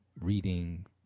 reading